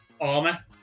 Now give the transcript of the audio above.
armor